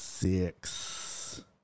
Six